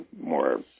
more